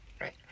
right